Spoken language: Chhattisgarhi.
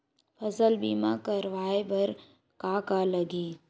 फसल बीमा करवाय बर का का लगही?